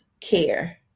care